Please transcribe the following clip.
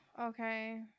Okay